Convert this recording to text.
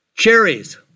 Cherries